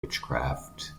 witchcraft